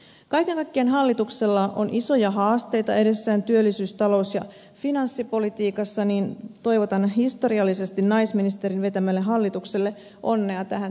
kaiken kaikkiaan kun hallituksella on isoja haasteita edessään työllisyys talous ja finanssipolitiikassa niin toivotan historiallisesti naisministerin vetämälle hallitukselle onnea tähän työhön